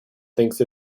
thinks